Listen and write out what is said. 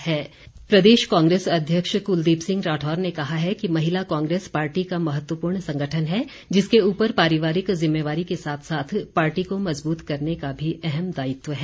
महिला कांग्रेस प्रदेश कांग्रेस अध्यक्ष कुलदीप सिंह राठौर ने कहा है कि महिला कांग्रेस पार्टी का महत्वपूर्ण संगठन है जिसके ऊपर पारिवारिक जिम्मेवारी के साथ साथ पार्टी को मज़बूत करने का भी अहम दायित्व है